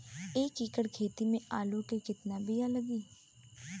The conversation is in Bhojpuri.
एक एकड़ खेती में आलू के कितनी विया लागी?